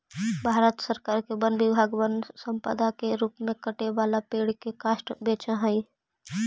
भारत सरकार के वन विभाग वन्यसम्पदा के रूप में कटे वाला पेड़ के काष्ठ बेचऽ हई